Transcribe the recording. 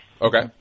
Okay